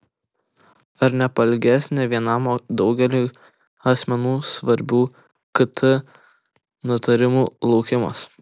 ar nepailgės ne vienam o daugeliui asmenų svarbių kt nutarimų laukimas